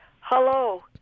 Hello